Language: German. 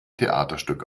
theaterstück